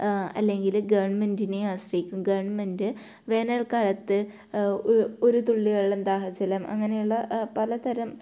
അല്ലെങ്കിൽ ഗവൺമെൻറ്റിനെയോ ആശ്രയിക്കും ഗവൺമെൻറ്റ് വേനൽക്കാലത്ത് ഒ ഒരു തുള്ളി വെള്ളം ദാഹജലം അങ്ങനെയുള്ള പലതരം